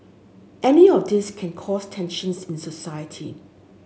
any of these can cause tensions in society